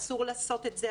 אסור לעשות את זה,